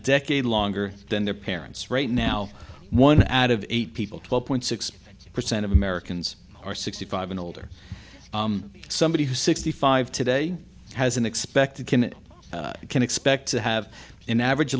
decade longer than their parents right now one at of eight people twelve point six percent of americans are sixty five and older somebody who sixty five today has an expected can it can expect to have an average